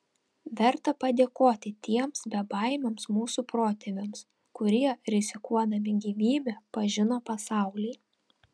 verta padėkoti tiems bebaimiams mūsų protėviams kurie rizikuodami gyvybe pažino pasaulį